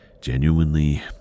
genuinely